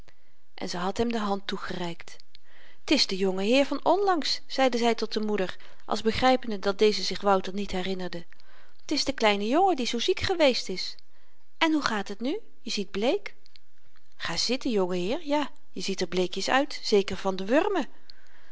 en ze had hem de hand toegereikt t is de jongeheer van onlangs zeide zy tot de moeder als begrypende dat deze zich wouter niet herinnerde t is de kleine jongen die zoo ziek geweest is en hoe gaat het nu je ziet bleek ga zitten jongeheer ja je ziet er bleekjes uit zeker van de wurmen